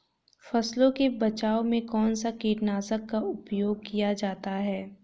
फसलों के बचाव में कौनसा कीटनाशक का उपयोग किया जाता है?